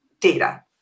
data